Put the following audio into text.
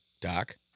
Doc